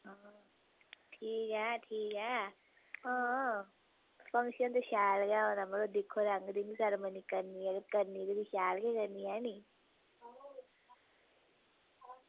हां ठीक ऐ ठीक ऐ हां फंक्शन ते शैल गै होना मड़ो दिक्खो रंग रिंग सैरमनी करनी ऐ ते करनी ते फ्ही शैल गै करनी हैनी